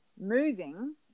moving